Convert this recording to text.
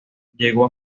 llegó